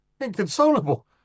inconsolable